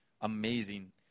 amazing